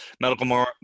medical